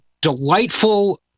delightful